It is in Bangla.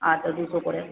আচ্ছা দুশো করে